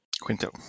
Quinto